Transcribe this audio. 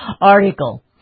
article